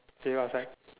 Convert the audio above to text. see you outside